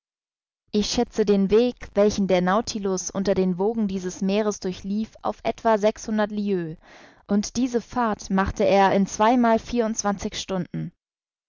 ich schätze den weg welchen der nautilus unter den wogen dieses meeres durchlief auf etwa sechshundert lieues und diese fahrt machte er in zweimal vierundzwanzig stunden